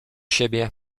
siebie